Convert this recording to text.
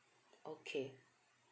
okay